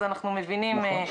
אז אנחנו מבינים -- נכון.